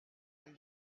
and